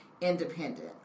independent